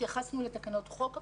התייחסנו לתקנות חוק הפיקוח.